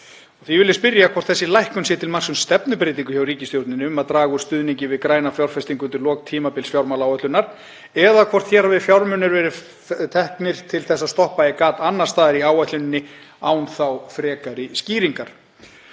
Því vil ég spyrja hvort þessi lækkun sé til marks um stefnubreytingu hjá ríkisstjórninni, um að draga úr stuðningi við græna fjárfestingu undir lok tímabils fjármálaáætlunar, eða hvort hér hafi fjármunir verið teknir til að stoppa í gat annars staðar í áætluninni án frekari skýringar.